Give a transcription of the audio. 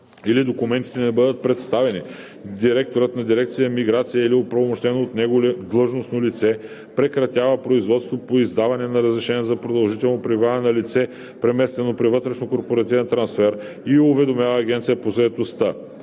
или документите не бъдат представени, директорът на дирекция „Миграция“ или оправомощено от него длъжностно лице прекратява производството по издаване на разрешението за продължително пребиваване на лице, преместено при вътрешнокорпоративен трансфер, и уведомява Агенцията по заетостта.